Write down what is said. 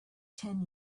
ten